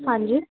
ਹਾਂਜੀ